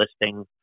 listing